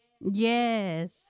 Yes